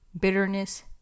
bitterness